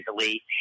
easily